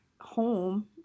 home